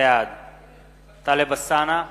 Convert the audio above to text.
בעד טלב אלסאנע,